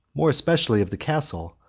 more especially of the castle,